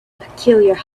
peculiar